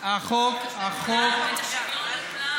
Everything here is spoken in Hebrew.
צריך לאפשר את החופש לכולם ואת השוויון לכולם.